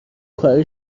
کاری